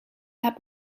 hebt